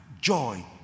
joy